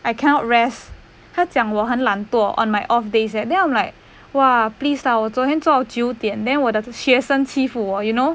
I cannot rest 他讲我很懒惰 on my off days eh then I'm like !wah! please lah 我昨天做到九点 then 我的学生欺负我 you know